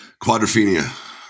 Quadrophenia